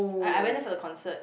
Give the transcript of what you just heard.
I I went there for the concert